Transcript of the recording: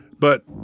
but